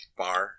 bar